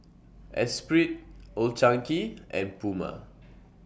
Espirit Old Chang Kee and Puma